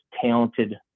talented